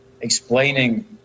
explaining